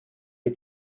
die